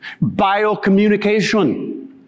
bio-communication